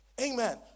amen